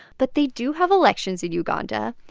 but they do have elections in uganda.